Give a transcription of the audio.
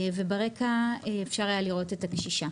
וברקע היה אפשר לראות את הקשישה,